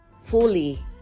fully